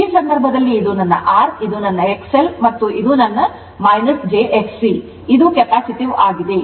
ಆದ್ದರಿಂದ ಈ ಸಂದರ್ಭದಲ್ಲಿ ಇದು ನನ್ನ R ಇದು ನನ್ನ XL ಮತ್ತು ಇದು ನನ್ನ jXC ಇದು ಕೆಪಾಸಿಟಿವ್ ಆಗಿದೆ